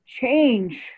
change